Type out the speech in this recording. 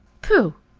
pooh!